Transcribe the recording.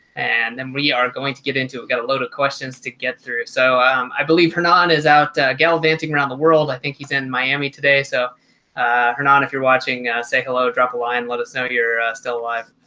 and then we are going to get into it got a load of questions to get through. so i believe her nan is out gallivanting around the world. i think he's in miami today so hernan if you're watching say hello, drop a line. let us know you're still alive.